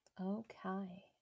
Okay